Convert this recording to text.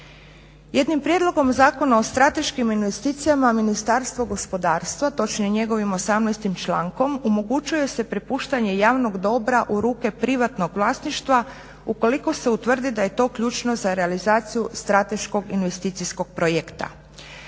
Jednim prijedlogom zakona o strateškim investicijama Ministarstvo gospodarstva, točnije njegovim 18. člankom omogućuje se prepuštanje javnog dobra u ruke privatnog vlasništva ukoliko se utvrdi da je to ključno za realizaciju strateškog investicijskog projekta.